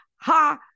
Ha